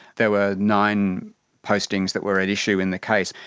there were nine postings that were at issue in the case,